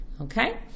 Okay